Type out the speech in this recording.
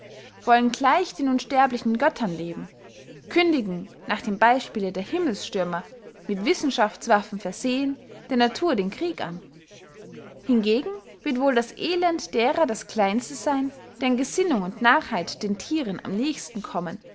wollen gleich den unsterblichen göttern leben kündigen nach dem beyspiele der himmelsstürmer mit wissenschaftswaffen versehen der natur den krieg an hingegen wird wohl das elend derer das kleinste seyn die an gesinnung und narrheit den thieren am nächsten kommen